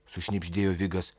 sušnibždėjo vigas